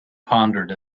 pondered